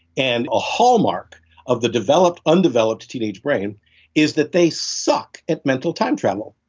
and a hallmark of the developed, undeveloped teenage brain is that they suck at mental time travel.